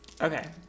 Okay